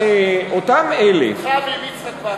אותם אלה, אתך ועם יצחק וקנין.